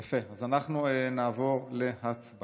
יפה, אז אנחנו נעבור להצבעה.